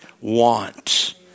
want